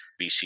BC